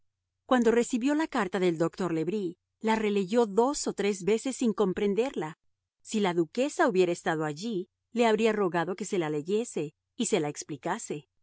cuando recibió la carta del doctor le bris la releyó dos o tres veces sin comprenderla si la duquesa hubiera estado allí le habría rogado que se la leyese y se la explicase